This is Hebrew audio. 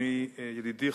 ידידי,